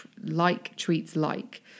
like-treats-like